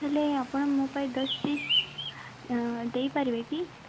ହେଲେ ଆପଣ ମୋ ପାଇଁ ଦଶ ପିସ୍ ଦେଇ ପାରିବେ କି